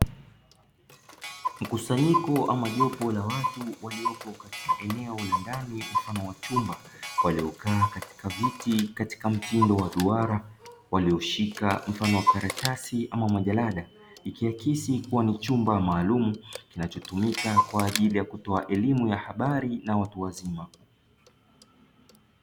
Mkusanyiko ama jopo la watu waliopo katika eneo la ndani mfano wa chumba waliokaa katika viti katika mtindo wa duara walioshika mfano wa karatasi ama majalada ikiakisi kuwa ni chumba maalumu kinachotumika kwa ajili ya kutoa elimu ya habari na watu wazima.